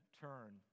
turn